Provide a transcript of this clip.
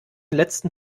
letzten